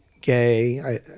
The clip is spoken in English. gay